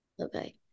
Okay